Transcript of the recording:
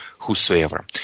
whosoever